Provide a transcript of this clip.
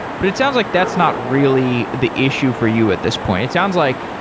but it sounds like that's not really the issue for you at this point. it sounds like,